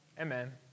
Amen